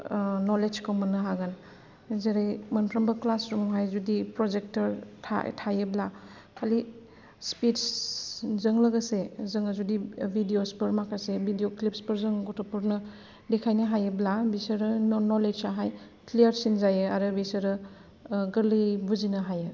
नलेजखौ मोननो हागोन जेरै मोनफ्रोमबो क्लासरुमआव जुदि प्रजेक्टर थायोब्ला खालि स्पिच जों लोगोसे जोङो जुदि भिडिय'सफोर माखासे भिडिय' क्लिपसफोर जों गथ'फोरनो देखायनो हायोब्ला बिसोरो नलेजआ क्लियारसिन जायो आरो बिसोरो गोरलैयै बुजिनो हायो